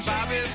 Bobby